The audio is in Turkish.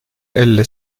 elle